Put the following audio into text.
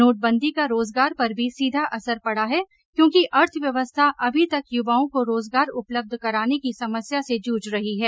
नोटबंदी का रोजगार पर भी सीधा असर पड़ा है क्योंकि अर्थव्यवस्था अभी तक युवाओं को रोजगार उपलब्ध कराने की समस्या से जूझ रही है